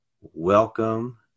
welcome